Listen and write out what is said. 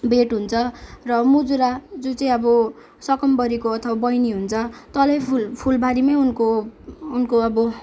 भेट हुन्छ र मुजुरा जो चाहिँ अब सकम्बरीको अथवा बहिनी हुन्छ तलै फुलबारीमै उनको उनको अब